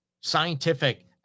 scientific